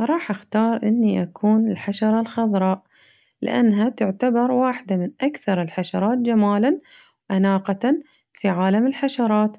راح أختار إني أكون الحشرة الخضراء لأنها تعتبر واحدة من أكثر الحشرات جمالاً وأناقةً في عالم الحشرات